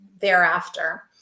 thereafter